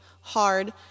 hard